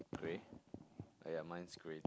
grey oh yeah mine's grey too